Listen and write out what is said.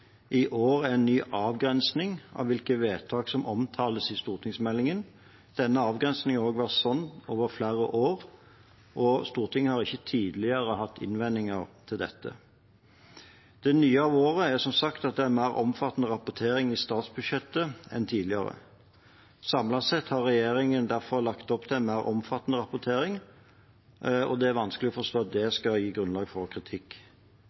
er en ny avgrensning av hvilke vedtak som omtales i stortingsmeldingen. Denne avgrensningen har vært sånn over flere år, og Stortinget har ikke tidligere hatt innvendinger mot dette. Det nye av året er som sagt at det er mer omfattende rapportering i statsbudsjettet enn tidligere. Samlet sett har regjeringen derfor lagt opp til en mer omfattende rapportering, og det er vanskelig å forstå at det skal gi grunnlag for kritikk.